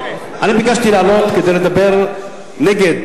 אני ביקשתי לעלות כדי לדבר נגד,